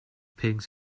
pigs